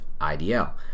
IDL